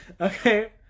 Okay